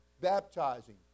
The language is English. baptizing